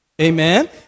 Amen